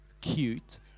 cute